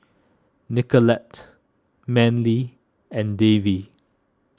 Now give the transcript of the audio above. Nicolette Manley and Davy